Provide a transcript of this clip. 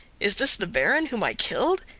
is this the baron whom i killed?